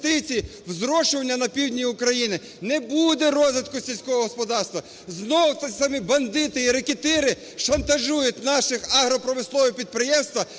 зрошування на Півдні України не буде розвитку сільського господарства. Знову ті самі бандити і рекетири шантажують наші агропромислові підприємства